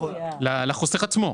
לחוסך עצמו.